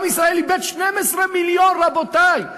עם ישראל איבד 12 מיליון, רבותי.